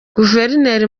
guverineri